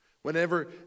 Whenever